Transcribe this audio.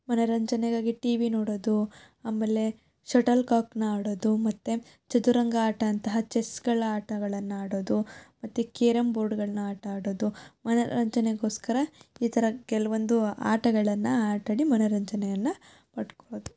ಮನರಂಜನೆಗಾಗಿ ಟಿವಿ ನೋಡೋದು ಆಮೇಲೆ ಶಟಲ್ಕಾಕನ್ನು ಆಡೋದು ಮತ್ತು ಚದುರಂಗ ಆಟ ಅಂತಹ ಚೆಸ್ಗಳ ಆಟಗಳನ್ನು ಆಡೋದು ಮತ್ತು ಕೇರಮ್ ಬೋರ್ಡುಗಳ್ನ ಆಟ ಆಡೋದು ಮನರಂಜನೆಗೋಸ್ಕರ ಈ ಥರ ಕೆಲವೊಂದು ಆಟಗಳನ್ನು ಆಟಾಡಿ ಮನರಂಜನೆಯನ್ನು ಪಡ್ಕೊಳ್ಳೋದು